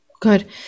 good